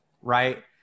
Right